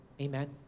Amen